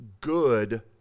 good